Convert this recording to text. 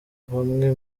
bamwe